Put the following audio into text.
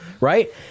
right